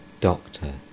Doctor